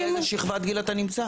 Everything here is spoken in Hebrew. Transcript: זה תלוי באיזה שכבת גיל אתה נמצא.